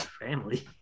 family